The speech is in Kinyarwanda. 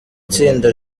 tsinda